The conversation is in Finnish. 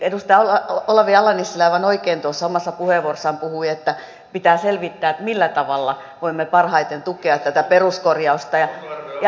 edustaja olavi ala nissilä aivan oikein tuossa omassa puheenvuorossaan puhui että pitää selvittää millä tavalla voimme parhaiten tukea tätä peruskorjausta